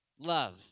Love